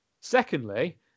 Secondly